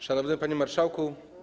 Szanowny Panie Marszałku!